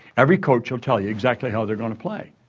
every coach will tell you exactly how they're going to play.